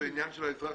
זה עניין של האזרח.